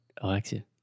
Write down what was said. Alexia